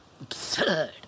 absurd